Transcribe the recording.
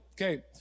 okay